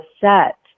set